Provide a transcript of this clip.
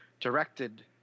directed